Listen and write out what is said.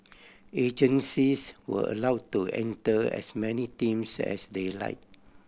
agencies were allow to enter as many teams as they like